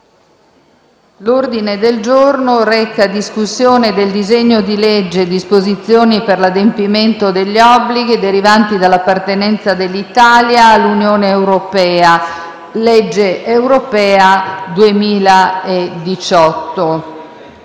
in sede di discussione del disegno di legge recante "Disposizioni per l'adempimento degli obblighi derivanti dall'appartenenza dell'Italia all'Unione europea - Legge europea 2018",